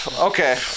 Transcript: Okay